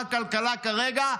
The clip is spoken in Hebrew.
הכלכלה כרגע?